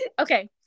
Okay